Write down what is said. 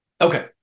Okay